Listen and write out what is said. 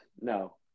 No